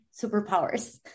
superpowers